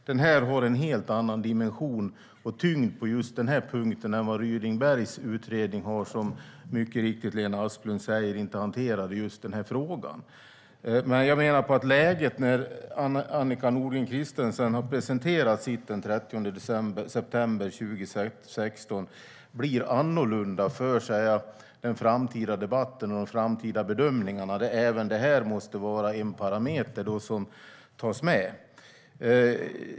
Den har en helt annan dimension och tyngd på just den här punkten än vad Ryding-Bergs utredning har, som Lena Asplund mycket riktigt säger inte hanterar just den här frågan. Jag menar att läget när Annika Nordgren Christensen har presenterat sitt den 30 september 2016 blir annorlunda för den framtida debatten och de framtida bedömningarna, där även det här måste vara en parameter som tas med.